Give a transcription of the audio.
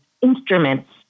instruments